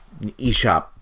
eShop